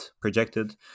projected